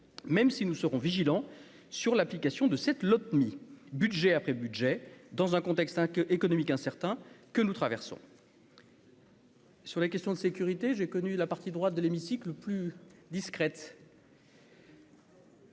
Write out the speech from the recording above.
même si nous serons vigilants sur l'application de cette Lopmi budget après budget dans un contexte hein que économique incertain que nous traversons. Sur les questions de sécurité, j'ai connu la partie droite de l'hémicycle plus discrète.